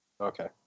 Okay